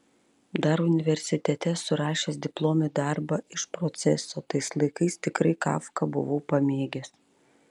dar universitete esu rašęs diplominį darbą iš proceso tais laikais tikrai kafką buvau pamėgęs